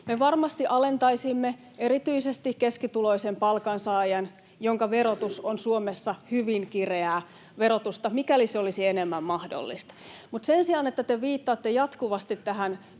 Me varmasti alentaisimme erityisesti keskituloisen palkansaajan verotusta, joka on Suomessa hyvin kireää, mikäli se olisi enemmän mahdollista. Mutta sen sijaan, että te viittaatte jatkuvasti tähän